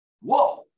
Whoa